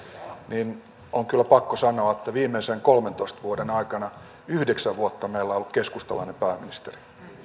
niin on kyllä pakko sanoa että viimeisten kolmentoista vuoden aikana yhdeksän vuotta meillä on ollut keskustalainen pääministeri